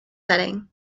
setting